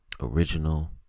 original